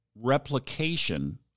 Replication